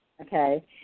okay